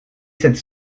sept